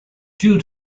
due